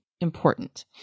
important